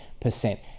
percent